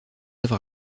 œuvre